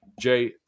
Jay